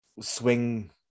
swing